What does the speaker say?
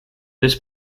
this